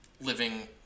living